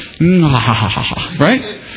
Right